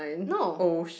no